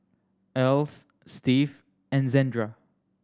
Else Steve and Zandra